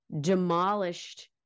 demolished